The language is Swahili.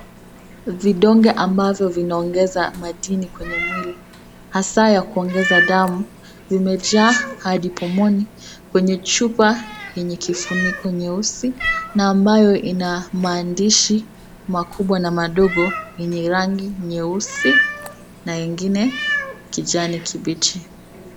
Vidonge ambavyo vinaongeza madini kwenye mwili, hasaa ya kuongeza damu vimejaa hadi pomoni kwenye chupa yenye kifuniko nyeusi na ambayo ina maandishi makubwa na madogo yenye rangi nyeusi na ingine, kijani kibichi.